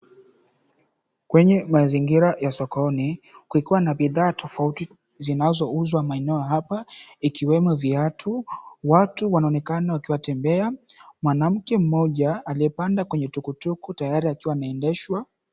Kwenye mazingira ya sokoni kukiwa na bidhaa tofauti zinazouzwa maeneo hapa ikiwemo viatu. Watu wanaonekana wakiwa watembea. Mwanamke mmoja aliyepanda tuktuk tayari akiwa anaendeshwa.